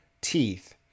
teeth